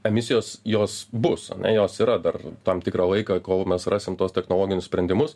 emisijos jos bus jos yra dar tam tikrą laiką kol mes rasim tuos technologinius sprendimus